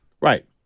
Right